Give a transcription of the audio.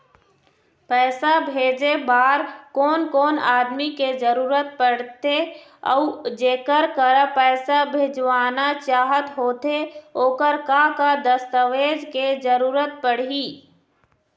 पैसा भेजे बार कोन कोन आदमी के जरूरत पड़ते अऊ जेकर करा पैसा भेजवाना चाहत होथे ओकर का का दस्तावेज के जरूरत पड़ही?